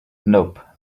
nope